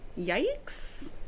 yikes